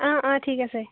অ অ ঠিক আছে